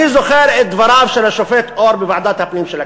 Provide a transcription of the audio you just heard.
אני זוכר את דבריו של השופט אור בוועדת הפנים של הכנסת.